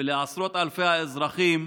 ולעשרות אלפי האזרחים